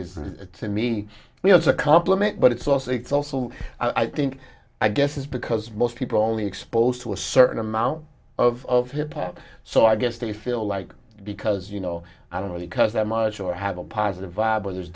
funny is to me you know it's a compliment but it's also it's also i think i guess is because most people only exposed to a certain amount of hip hop so i guess they feel like because you know i don't really because they're macho or have a positive vibe or there's